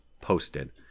posted